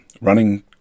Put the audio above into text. running